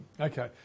Okay